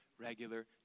Regular